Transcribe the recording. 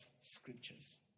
scriptures